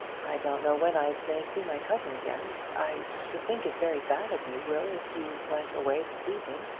i don't know when i may see my cousin again. i should think it very bad of you, will, if you went away this evening.